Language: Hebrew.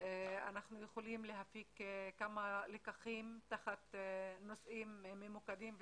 אנחנו יכולים להפיק כמה לקחים תחת נושאים ממוקדים וספציפיים,